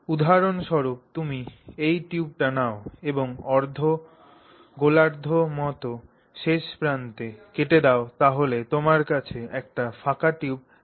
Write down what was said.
উদাহরণস্বরূপ যদি তুমি এই টিউবটি নাও এবং অর্ধগোলার্ধ মত শেষ প্রান্ত কেটে দাও তাহলে তোমার কাছে একটি ফাঁকা টিউব থাকবে